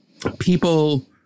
people